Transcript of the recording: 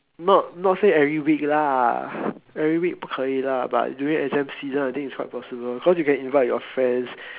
no no say every week lah every week cannot lah but during exam season I think it's quite possible cause you can invite your friends